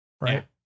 right